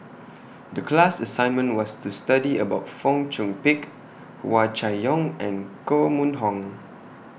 The class assignment was to study about Fong Chong Pik Hua Chai Yong and Koh Mun Hong